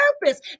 purpose